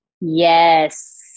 yes